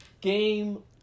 game